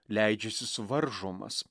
leidžiasi suvaržomas